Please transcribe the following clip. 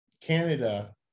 Canada